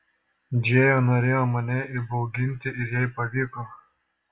džėja norėjo mane įbauginti ir jai pavyko